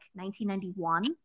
1991